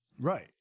Right